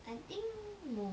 I think no